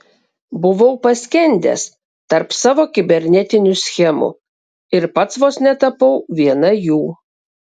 buvau paskendęs tarp savo kibernetinių schemų ir pats vos netapau viena jų